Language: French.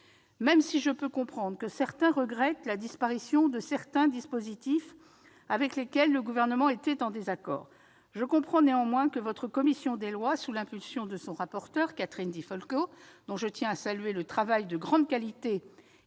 Même si je peux comprendre que d'aucuns regrettent la disparition de certains dispositifs avec lesquels le Gouvernement était en désaccord, je souscris néanmoins à la position de votre commission des lois. Sous l'impulsion de son rapporteur, Catherine Di Folco, dont je tiens à saluer le travail de grande qualité